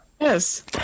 Yes